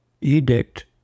edict